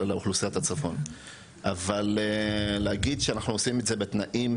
התור אצלי במרפאה עומד עד שישה חודשים,